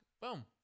Boom